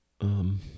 Um-